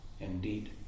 indeed